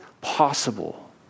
possible